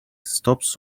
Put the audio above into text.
stops